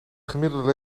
gemiddelde